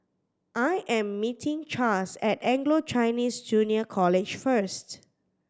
I am meeting Chas at Anglo Chinese Junior College first